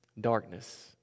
Darkness